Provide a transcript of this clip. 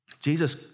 Jesus